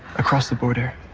across the border.